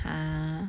!huh!